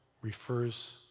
refers